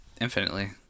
infinitely